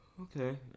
Okay